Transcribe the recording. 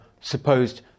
supposed